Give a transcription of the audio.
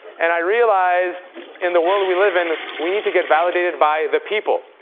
and i realized in the world we live in, we need to get validated by the people.